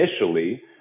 initially